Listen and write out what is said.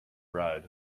ride